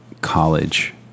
college